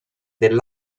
del